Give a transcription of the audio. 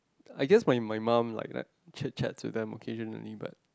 I guess my my mum like chit-chat to them occasion only but